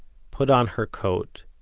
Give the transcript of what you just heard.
put on her coat,